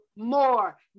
more